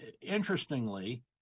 interestingly